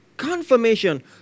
Confirmation